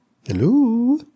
Hello